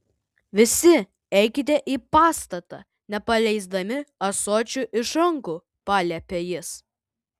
visi eikite į pastatą nepaleisdami ąsočių iš rankų paliepė jis